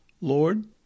Lord